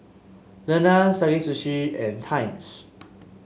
Lenas Sakae Sushi and Times